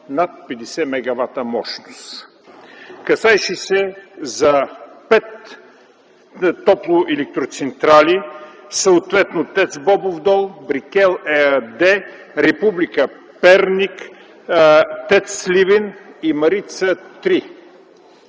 над 50 мегавата мощност. Касаеше се за пет топлоелектроцентрали, съответно: ТЕЦ „Бобов дол”, „Брикел” ЕАД, „Република” – Перник, ТЕЦ – Сливен, и „Марица 3”.